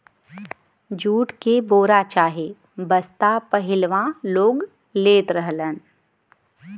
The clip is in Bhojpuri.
जूट के बोरा चाहे बस्ता पहिलवां लोग लेत रहलन